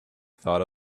thought